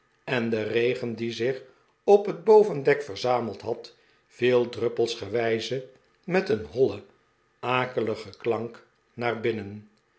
en de regen die zich op het bovendek verzameld had viel druppelsgewijze met een hollen akeligen klank naar binnen